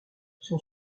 son